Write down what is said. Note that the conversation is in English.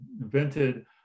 invented